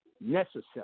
Necessary